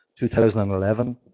2011